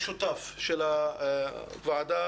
אני פותח את הדיון המשותף של הוועדה